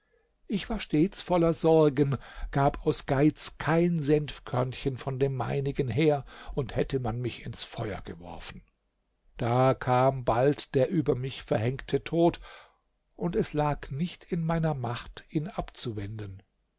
ich war stets voller sorgen gab aus geiz kein senfkörnchen von dem meinigen her und hätte man mich ins feuer geworfen da kam bald der über mich verhängte tod und es lag nicht in meiner macht ihn abzuwenden